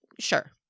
Sure